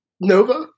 Nova